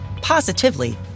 positively